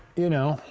you know,